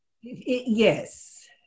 Yes